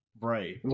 Right